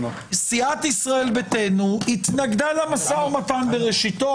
סיעת ישראל ביתנו התנגדה למשא ומתן בראשיתו,